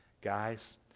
guys